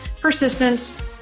persistence